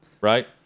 right